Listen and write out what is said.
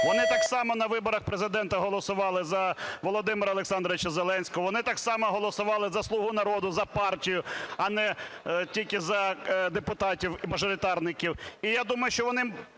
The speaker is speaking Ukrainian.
Вони так само на виборах Президента голосували за Володимира Олександровича Зеленського. Вони так само голосували за "Слуга народу", за партію, а не тільки за депутатів-мажоритарників.